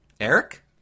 eric